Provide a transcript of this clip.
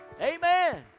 Amen